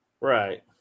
right